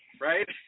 right